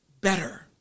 better